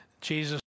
Jesus